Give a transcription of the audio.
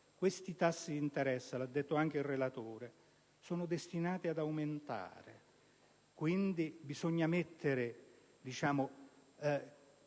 Questi tassi di interesse, come ha detto anche il relatore, sono destinati ad aumentare; quindi, bisogna mettere in